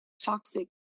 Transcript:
toxic